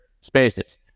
spaces